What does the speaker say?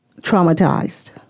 traumatized